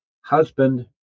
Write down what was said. Husband